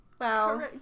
wow